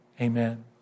Amen